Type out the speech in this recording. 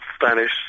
Spanish